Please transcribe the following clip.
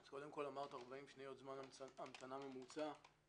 אמרת 40 שניות זמן המתנה ממוצע,